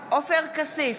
כסיף,